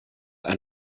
ein